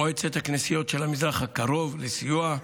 מועצת הכנסיות של המזרח הקרוב לסיוע,